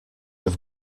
have